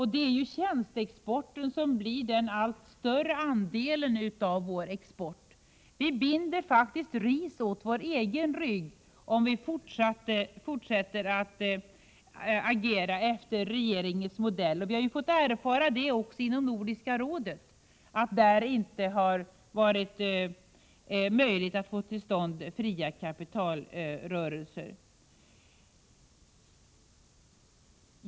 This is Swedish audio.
Det är tjänsteexporten som blir den allt större andelen av vår export. Vi binder faktiskt ris åt vår egen rygg om vi fortsätter att agera efter regeringens modell. Vi har även fått erfara inom Nordiska rådet att det inte har varit möjligt att få till stånd fria kapitalrörelser.